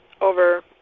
over